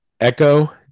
Echo